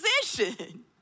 position